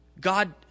God